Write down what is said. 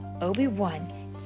Obi-Wan